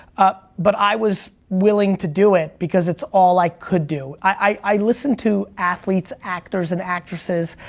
ah but i was willing to do it because it's all i could do. i listened to athletes, actors and actresses,